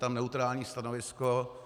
Je tam neutrální stanovisko.